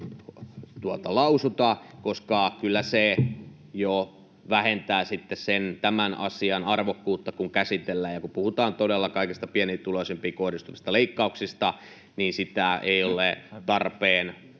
lausuta, koska kyllä se jo vähentää tämän asian arvokkuutta, kun sitä käsitellään, ja kun puhutaan todella kaikista pienituloisimpiin kohdistuvista leikkauksista, niin sitä ei ole tarpeen